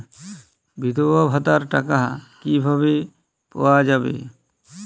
বিধবা ভাতার টাকা কিভাবে পাওয়া যাবে?